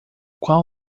qual